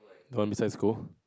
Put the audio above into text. the one besides school